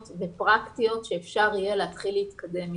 ופרקטיות שאפשר יהיה להתחיל להתקדם איתן.